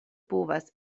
povas